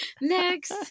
next